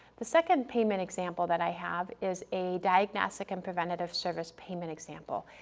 the second payment example that i have is a diagnostic and preventative service payment example,